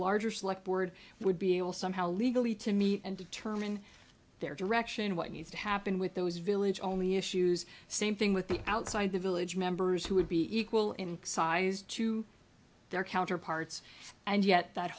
larger select board would be able somehow legally to meet and determine their direction what needs to happen with those village only issues same thing with the outside the village members who would be equal in size to their counterparts and yet that